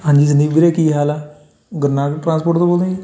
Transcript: ਹਾਂਜੀ ਸੰਦੀਪ ਵੀਰੇ ਕੀ ਹਾਲ ਆ ਗੁਰੂ ਨਾਨਕ ਟਰਾਂਸਪੋਰਟ ਤੋਂ ਬੋਲਦੇ ਜੀ